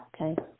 Okay